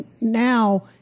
now